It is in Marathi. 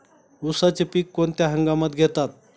उसाचे पीक कोणत्या हंगामात घेतात?